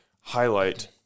highlight